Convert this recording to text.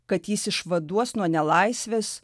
kad jis išvaduos nuo nelaisvės